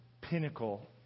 pinnacle